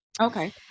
Okay